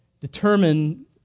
determine